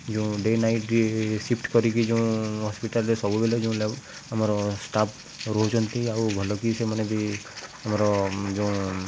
ଯେଉଁ day night shift କରିକି ଯେଉଁ ହସ୍ପିଟାଲରେ ସବୁବେଲେ ଯେଉଁ ଆମର ଷ୍ଟାଫ ରହୁଛନ୍ତି ଆଉ ଭଲକି ସେମାନେ ବି ଆମର ଯେଉଁ